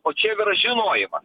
o čia jau yra žinojimas